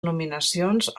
nominacions